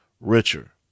richer